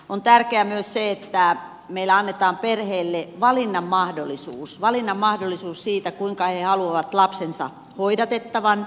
on tärkeää myös se että meillä annetaan perheille valinnan mahdollisuus valinnan mahdollisuus siinä kuinka he haluavat lapsensa hoidettavan